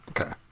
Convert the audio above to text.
Okay